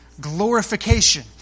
Glorification